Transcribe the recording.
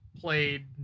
played